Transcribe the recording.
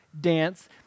dance